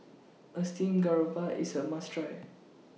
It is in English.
A Steamed Garoupa IS A must Try